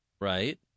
Right